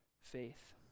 Faith